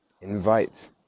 invite